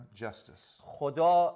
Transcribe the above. justice